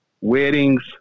weddings